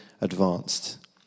advanced